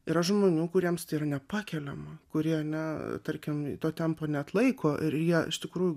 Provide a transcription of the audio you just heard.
yra žmonių kuriems tai nepakeliama kurie na tarkim to tempo neatlaiko ir jie iš tikrųjų